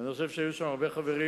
ואני חושב שהיו שם הרבה חברים,